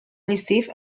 received